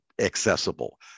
accessible